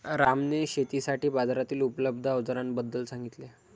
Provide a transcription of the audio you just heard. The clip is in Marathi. रामने शेतीसाठी बाजारातील उपलब्ध अवजारांबद्दल सांगितले